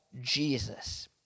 Jesus